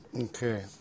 Okay